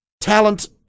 talent